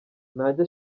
ntajya